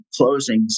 closings